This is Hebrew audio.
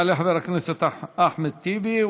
יעלה חבר הכנסת אחמד טיבי,